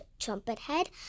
Trumpethead